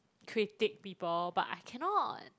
critique people but I cannot